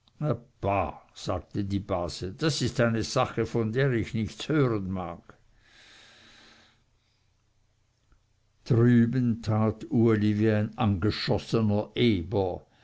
sagte die base das ist eine sache von der ich nichts hören mag drüben tat uli wie ein angeschossener eber